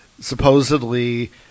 supposedly